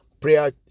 prayer